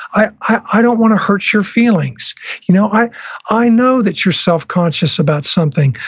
i i don't want to hurt your feelings you know i i know that you're self-conscious about something.